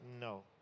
No